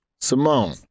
Simone